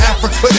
Africa